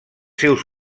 seus